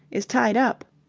is tied up.